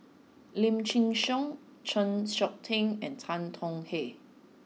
Lim Chin Siong Chng Seok Tin and Tan Tong Hye